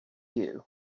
you